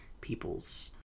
people's